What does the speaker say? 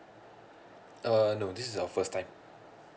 uh no this is our first time